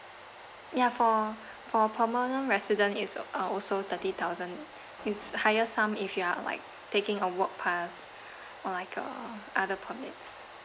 ya for for permanent resident it's uh also thirty thousand it's higher sum if you are uh like taking a work pass or like a other permits